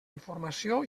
informació